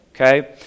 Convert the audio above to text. okay